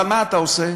אבל מה אתה עושה?